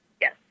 Yes